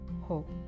hope